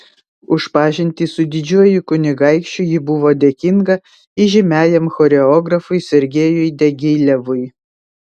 už pažintį su didžiuoju kunigaikščiu ji buvo dėkinga įžymiajam choreografui sergejui diagilevui